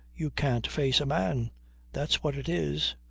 you can't face a man that's what it is.